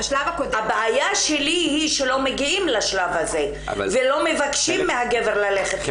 הבעיה שלי היא שלא מגיעים לשלב הזה ולא מבקשים מהגבר ללכת לטיפול.